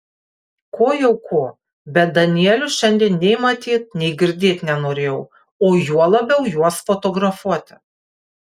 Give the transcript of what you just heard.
ko jau ko bet danielių šiandien nei matyt nei girdėt nenorėjau o juo labiau juos fotografuoti